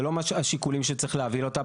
זה לא השיקולים שצריך להוביל אותה,